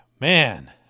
man